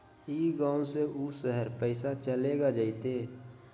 ई गांव से ऊ शहर पैसा चलेगा जयते?